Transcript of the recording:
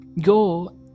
go